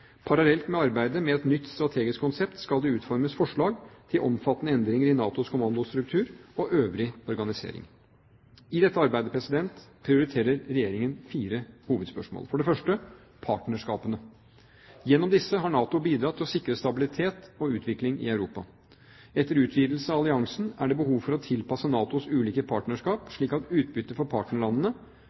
Parallelt med arbeidet med et nytt strategisk konsept skal det utformes forslag til omfattende endringer i NATOs kommandostruktur og øvrige organisering. I dette arbeidet prioriterer Regjeringen fire hovedspørsmål. For det første: partnerskapene. Gjennom disse har NATO bidratt til å sikre stabilitet og utvikling i Europa. Etter utvidelse av alliansen er det behov for å tilpasse NATOs ulike partnerskap slik at utbyttet for partnerlandene